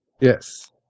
Yes